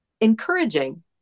encouraging